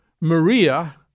Maria